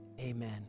amen